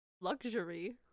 Luxury